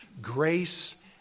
Grace